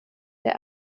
der